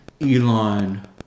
Elon